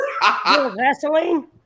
Vaseline